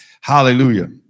Hallelujah